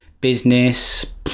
business